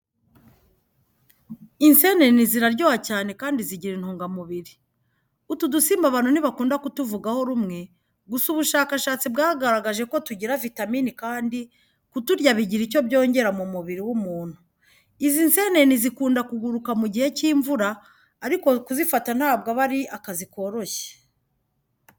Inseneni ziraryoha cyane kandi zigira intungamubiri. Utu dusimba abantu ntibakunda kutuvugaho rumwe gusa ubushakashatsi bwagaragaje ko tugira vitamini kandi kuturya bigira icyo byongera mu mubiri w'umuntu. Izi nseneni zikunda kuguruka mu gihe cy'imvura ariko kuzifata ntabwo aba ari akazi koroshye.